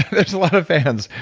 there's a lot of fans.